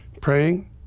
praying